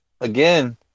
Again